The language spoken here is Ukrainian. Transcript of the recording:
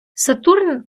сатурн